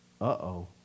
uh-oh